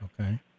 Okay